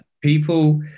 people